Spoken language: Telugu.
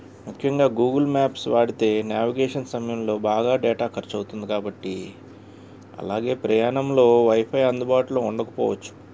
ముఖ్యంగా గూగుల్ మ్యాప్స్ వాడితే నావిగేషన్ సమయంలో బాగా డేటా ఖర్చవుతుంది కాబట్టి అలాగే ప్రయాణంలో వైఫై అందుబాటులో ఉండకపోవచ్చు